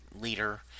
leader